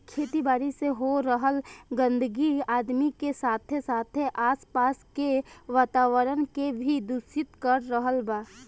खेती बारी से हो रहल गंदगी आदमी के साथे साथे आस पास के वातावरण के भी दूषित कर रहल बा